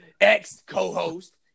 ex-co-host